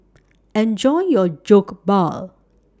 Enjoy your Jokbal